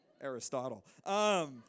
Aristotle